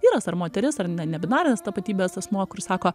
vyras ar moteris ar ne nebinarinės tapatybės asmuo kuris sako